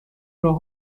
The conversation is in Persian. راه